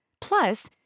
Plus